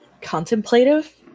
contemplative